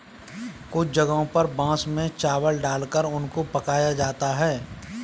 कुछ जगहों पर बांस में चावल डालकर उनको पकाया जाता है